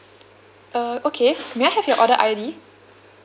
err okay may I have your order I_D